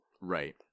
Right